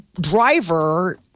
driver